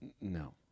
No